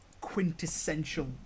quintessential